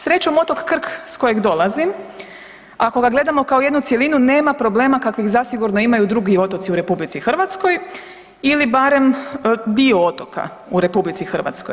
Srećom otok Krk s kojeg dolazim, ako ga gledamo kao jednu cjelinu nema problema kakvih zasigurno imaju drugi otoci u RH ili barem dio otoka u RH.